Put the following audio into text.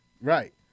Right